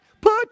put